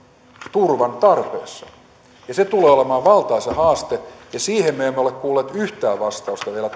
turvan tarpeessa se tulee olemaan valtaisa haaste ja siihen me emme ole kuulleet yhtään vastausta vielä